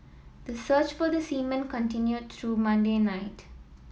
the search for the seamen continued through Monday night